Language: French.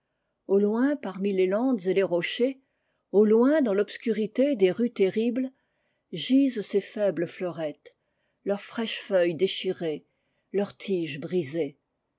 au loin parmi les landes et les rochers au loin dans l'obscurité des rues terribles gisent ces faibles fleurettes leurs fraîches feuilles déchirées leurs tiges brisées